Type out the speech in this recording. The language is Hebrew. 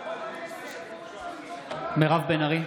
(קורא בשם חברת הכנסת) מירב בן ארי,